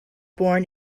born